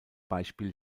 beispiel